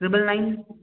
triple nine